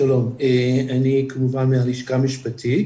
שלום, הלשכה המשפטית,